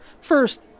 First